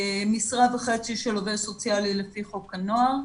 משרה וחצי של עובד סוציאלי לפי חוק הנוער,